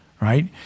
Right